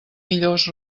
millors